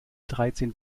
dreizehn